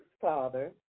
Father